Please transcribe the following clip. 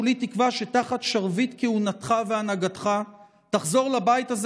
כולי תקווה שתחת שרביט כהונתך והנהגתך תחזור לבית הזה